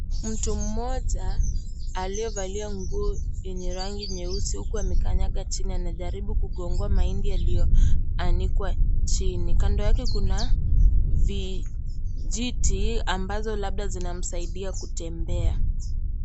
Mtu mmoja aliyevalia nguo yenye rangi nyeusi huku amekanyaga chini huku anajaribu kugomboa mahindi yaliyoanikwa chini. Kando yake kuna vijiti ambavyo labda vinamsaidia kutembea.